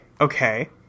okay